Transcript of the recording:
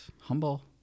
humble